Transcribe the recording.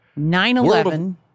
9-11